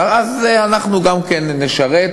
ואז אנחנו גם כן נשרת,